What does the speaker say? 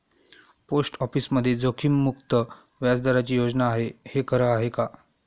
Post ऑफिसमध्ये जोखीममुक्त व्याजदराची योजना आहे, हे खरं आहे का?